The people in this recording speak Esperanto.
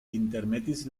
intermetis